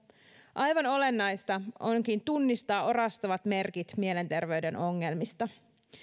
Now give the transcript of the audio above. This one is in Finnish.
aivan olennaista onkin tunnistaa orastavat merkit mielenterveyden ongelmista